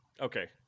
Okay